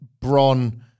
Bron